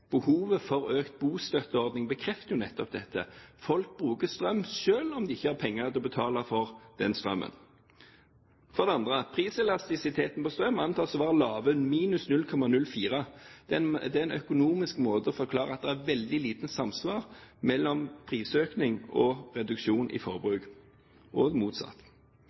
Behovet for økt bostøtteordning bekrefter jo nettopp dette. Folk bruker strøm selv om de ikke har penger til å betale for den strømmen. For det andre: Priselastisiteten på strøm antas å være lavere enn - 0,04. Det er en økonomisk måte å forklare at det er veldig lite samsvar mellom prisøkning og reduksjon i forbruk – og motsatt.